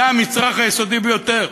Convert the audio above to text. זה המצרך היסודי ביותר.